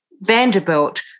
Vanderbilt